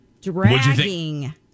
dragging